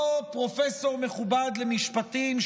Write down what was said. אותו פרופסור מכובד למשפטים,